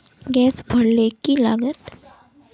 Gas भरले की लागत?